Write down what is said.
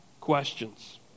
questions